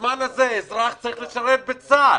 בזמן הזה אזרח צריך לשרת בצה"ל